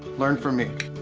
learn from me.